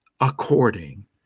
according